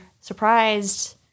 surprised